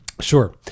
Sure